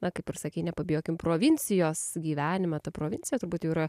na kaip ir sakei nepabijokim provincijos gyvenimą ta provincija turbūt jau yra